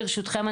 ברשותכם,